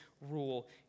rule